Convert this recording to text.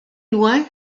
loin